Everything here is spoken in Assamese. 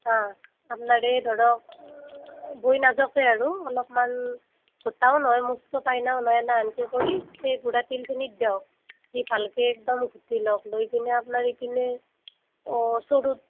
হা আপ্নাৰ এই ধৰক বৈ নাযাৱকে আৰু অলপমান গটাও নহয় মস্ত পাইনাও নহয় না এংকে কৰি এই গুড়া তিলখিনিত দি দিয়ক দি ভালকৈ একদম ঘুটি লওক লৈ পিনে আপোনাৰ এইপিনে অঁ চৰুত